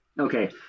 Okay